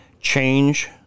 change